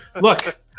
Look